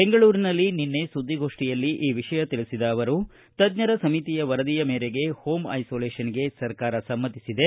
ಬೆಂಗಳೂರಿನಲ್ಲಿ ನಿನ್ನೆ ಸುದ್ದಿಗೋಷ್ಠಿಯಲ್ಲಿ ಈ ವಿಷಯ ತಿಳಿಸಿದ ಅವರು ತಜ್ಜರ ಸಮಿತಿಯ ವರದಿಯ ಮೇರೆಗೆ ಹೋಂ ಐಸೋಲೇಶನ್ಗೆ ಸರ್ಕಾರ ಸಮ್ನತಿಸಿದೆ